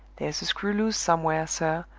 there's a screw loose somewhere, sir,